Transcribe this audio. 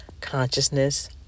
consciousness